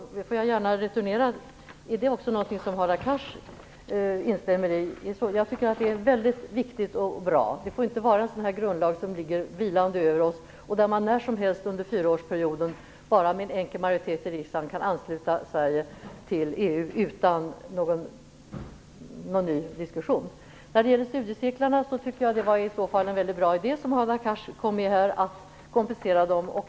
Jag vill gärna returnera en fråga till Hadar Cars: Är det någonting som också Hadar Cars instämmer i? Jag tycker att det är väldigt viktigt och bra. Det får inte vara ett grundlagsförslag vilande så att man när som helst under fyraårsperioden med bara en enkel majoritet i riksdagen kan ansluta Sverige till EU utan någon ny diskussion. När det gäller studiecirklarna tycker jag att Hadar Cars kom med en mycket bra idé, att de skall få kompensation.